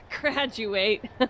graduate